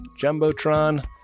Jumbotron